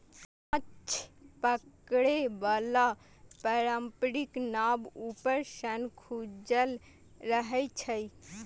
माछ पकड़े बला पारंपरिक नाव ऊपर सं खुजल रहै छै